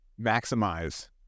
maximize